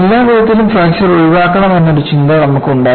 എല്ലാവിധത്തിലും fracture ഒഴിവാക്കണം എന്നൊരു ചിന്ത നമുക്ക് ഉണ്ടായിരുന്നു